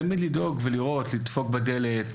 תמיד לדפוק בדלת,